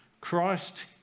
Christ